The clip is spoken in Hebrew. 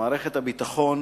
שמערכת הביטחון